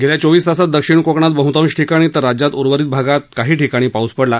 गेल्या चोवीस तासात दक्षिण कोकणात बहुतांश ठिकाणी तर राज्यात उर्वरित भागात काही ठिकाणी पाऊस पडला